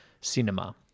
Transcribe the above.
cinema